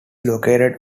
located